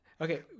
okay